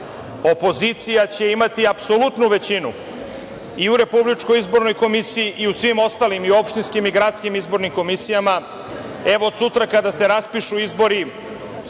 opozicija će imati apsolutnu većinu i u Republičkoj izbornoj komisiji i u svim ostalim opštinskim i gradskim izbornim komisijama. Evo, od sutra kada se raspišu izbori